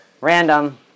random